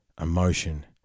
emotion